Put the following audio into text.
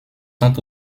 sont